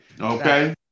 Okay